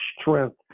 strength